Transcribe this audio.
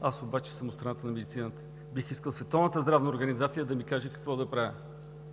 аз обаче съм от страната на медицината и бих искал Световната здравна организация да ми каже какво да правя,